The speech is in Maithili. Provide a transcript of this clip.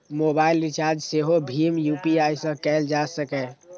मोबाइल रिचार्ज सेहो भीम यू.पी.आई सं कैल जा सकैए